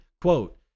Quote